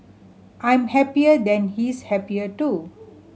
I'm happier and he's happier too